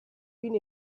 been